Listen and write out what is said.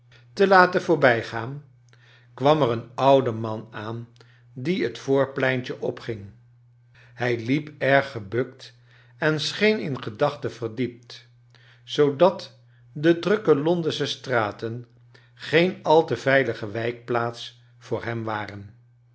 te hebben laten voorbijgaan kwam er een oude man aan die het voorpleintje opging hij liep erg gebukt en scheen in gedachten verdiept zoodat de drukke londensche straten geen al te veilige wijkplaats voor hem waren